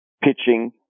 pitching